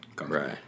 Right